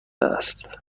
است